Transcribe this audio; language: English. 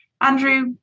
Andrew